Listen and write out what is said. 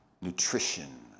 nutrition